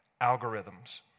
algorithms